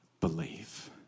believe